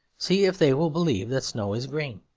see if they will believe that snow is green.